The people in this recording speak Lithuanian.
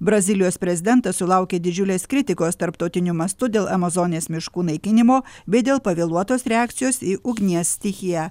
brazilijos prezidentas sulaukė didžiulės kritikos tarptautiniu mastu dėl amazonės miškų naikinimo bei dėl pavėluotos reakcijos į ugnies stichiją